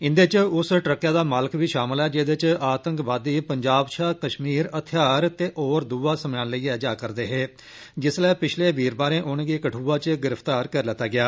इन्दे च उस ट्रका दा मालिक बी शामल ऐ जेदे च आतंकवादी पंजाब शा कश्मीर हथेआर ते होर दुआ समेयान लेइया जारदे हे जिस्सले पिछले वीरवारें उनेंगी कठुआ च गिरफ्तार करी लैता गेआ